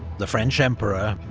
the french emperor,